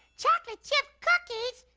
chocolate chip cookies?